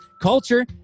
culture